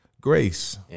Grace